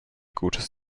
gutes